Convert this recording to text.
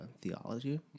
theology